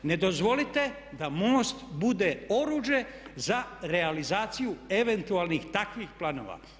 Ne dozvolite da MOST bude oruđe za realizaciju eventualnih takvih planova.